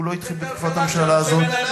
הוא לא התחיל בתקופת הממשלה הזאת.